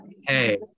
hey